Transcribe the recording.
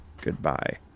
Goodbye